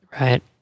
Right